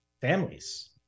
families